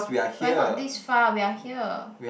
we are not this far we are here